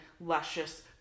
luscious